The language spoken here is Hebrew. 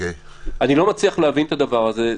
אני לא מצליח להבין את הדבר הזה.